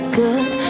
good